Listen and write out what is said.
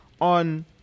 on